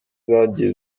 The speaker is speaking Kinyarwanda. zagiye